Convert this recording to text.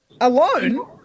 Alone